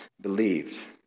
believed